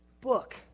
book